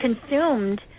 consumed